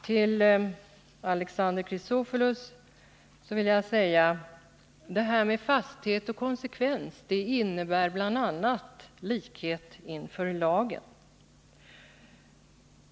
Till Alexander Chrisopoulos vill jag säga att detta med fasthet och konsekvens bl.a. innebär likhet inför lagen.